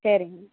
சரிங்க